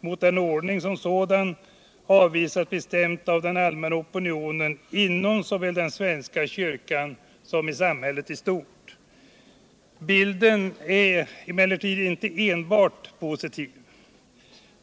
mot ordningen som sådan — avvisas bestämt av den allmänna opinionen såvil inom den svenska kyrkan som i samhället i stort. Bilden är emellertid inte enbart positiv.